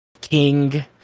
king